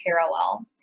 parallel